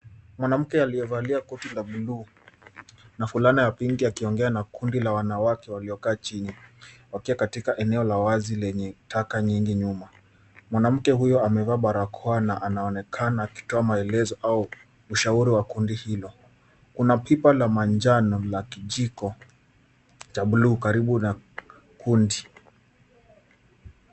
Mwanamke aliyevalia koti la buluu na fulana ya pinki akiongea na kundi la wanawake waliokaa chini wakiwa katika eneo la wazi lenye taka nyingi nyuma. Mwanamke huyu amevaa barakoa na anaonekana akitoa maelezo au ushauri wa kundi hilo. Kuna pipa la manjano la kijiko cha bluu karibu na kundi.